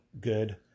good